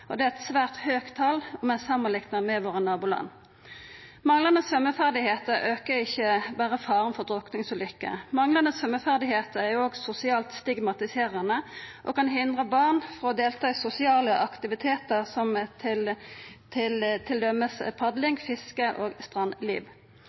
år. Det er eit svært høgt tal om vi samanliknar med nabolanda våre. Manglande svømmeferdigheiter aukar ikkje berre faren for drukningsulykker, manglande svømmeferdigheiter er òg sosialt stigmatiserande og kan hindra barn i å delta i sosiale aktivitetar, som